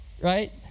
right